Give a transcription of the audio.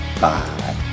Bye